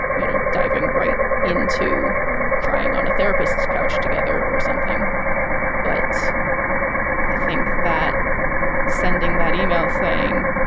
you know, diving right into crying on a therapist's couch together or something but i think that sending that email saying,